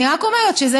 אני רק אומרת שזה